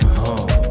home